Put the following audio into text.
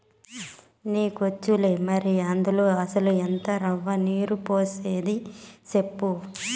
నీకొచ్చులే మరి, అందుల అసల ఎంత రవ్వ, నీరు పోసేది సెప్పు